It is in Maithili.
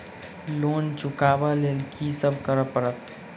लोन चुका ब लैल की सब करऽ पड़तै?